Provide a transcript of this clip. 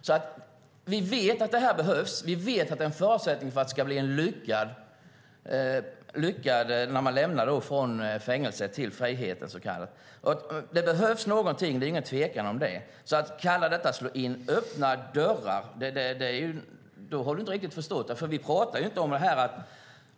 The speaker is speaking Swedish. Vi vet alltså att detta behövs, och vi vet att det är en förutsättning för att det ska bli lyckat när man lämnar fängelset för friheten. Det behövs någonting; det är ingen tvekan om det. Om du kallar detta att slå in öppna dörrar har du alltså inte riktigt förstått.